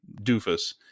doofus